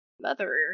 mother